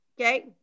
okay